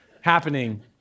happening